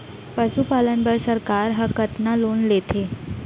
पशुपालन बर सरकार ह कतना लोन देथे?